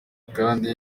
kandi